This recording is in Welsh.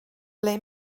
ble